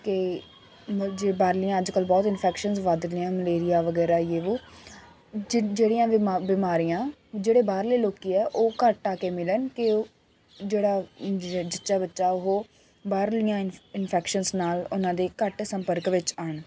ਕਿ ਮਲ ਜੇ ਬਾਹਰਲੀਆਂ ਅੱਜ ਕੱਲ੍ਹ ਬਹੁਤ ਇਨਫੈਕਸ਼ਨ ਵੱਧ ਗਈਆਂ ਮਲੇਰੀਆ ਵਗੈਰਾ ਯੇਹ ਵੋਹ ਜ ਜਿਹੜੀਆਂ ਬਿਮਾ ਬਿਮਾਰੀਆਂ ਜਿਹੜੇ ਬਾਹਰਲੇ ਲੋਕ ਆ ਉਹ ਘੱਟ ਆ ਕੇ ਮਿਲਣ ਕਿ ਜਿਹੜਾ ਜੱਚਾ ਬੱਚਾ ਉਹ ਬਾਹਰਲੀਆਂ ਇਨਫੈਕਸ਼ਨ ਨਾਲ ਉਹਨਾਂ ਦੇ ਘੱਟ ਸੰਪਰਕ ਵਿੱਚ ਆਉਣ